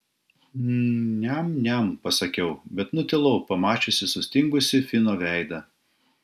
mm niam niam pasakiau bet nutilau pamačiusi sustingusį fino veidą